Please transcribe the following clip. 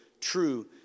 true